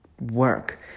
work